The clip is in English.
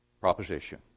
proposition